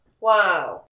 Wow